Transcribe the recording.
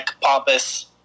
pompous